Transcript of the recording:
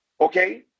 Okay